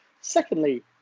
Secondly